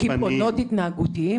אלה קבעונות התהגותיים?